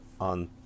on